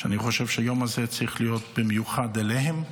שאני חושב שהיום הזה צריך להיות במיוחד להם.